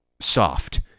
soft